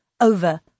over